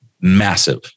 massive